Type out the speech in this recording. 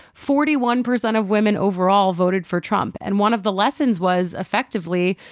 forty one percent of women overall voted for trump. and one of the lessons was, effectively,